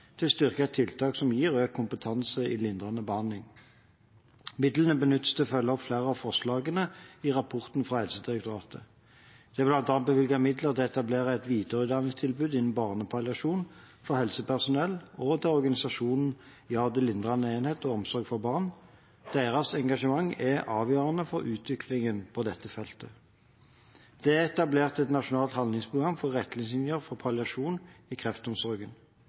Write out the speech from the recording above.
å styrke tiltak som gir økt kompetanse i lindrende behandling. Midlene benyttes til å følge opp flere av forslagene i rapporten fra Helsedirektoratet. Det er bl.a. bevilget midler til å etablere et videreutdanningstilbud innen barnepalliasjon for helsepersonell, og til organisasjonen Ja til lindrende enhet og omsorg for barn. Deres engasjement er avgjørende for utviklingen på dette feltet. Det er etablert et nasjonalt handlingsprogram med retningslinjer for palliasjon i kreftomsorgen.